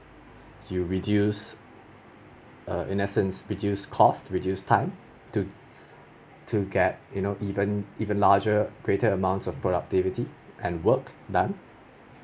you reduce err in essence reduce cost reduce time to to get you know even even larger greater amounts of productivity and work done